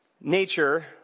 nature